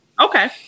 Okay